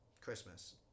Christmas